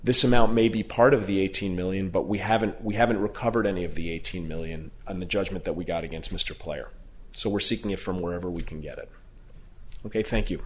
this amount may be part of the eighteen million but we haven't we haven't recovered any of the eighteen million i'm a judgment that we got against mr player so we're seeking it from wherever we can get it ok thank you